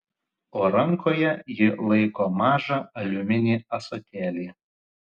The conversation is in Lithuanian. o rankoje ji laiko mažą aliuminį ąsotėlį